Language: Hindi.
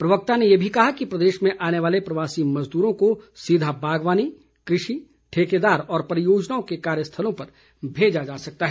प्रवक्ता ने ये भी कहा कि प्रदेश में आने वाले प्रवासी मज़दूरों को सीधा बागवानी कृषि ठेकेदार और परियोजनाओं के कार्य स्थलों पर भेजा जा सकता है